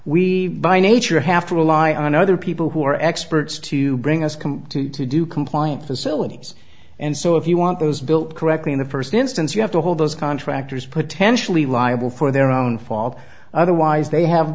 we by nature have to rely on other people who are experts to bring us continue to do compliant facilities and so if you want those built correctly in the first instance you have to hold those contractors potentially liable for their own fault otherwise they have